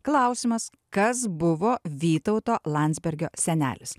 klausimas kas buvo vytauto landsbergio senelis